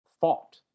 fought